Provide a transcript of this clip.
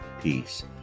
peace